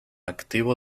activo